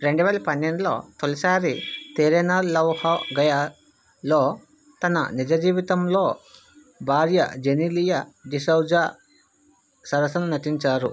రెండు వేల పన్నెండులో తొలిసారి తేరే నాల్ లవ్ హో గయాలో తన నిజ జీవితంలో భార్య జెనీలియా డిసౌజా సరసన నటించారు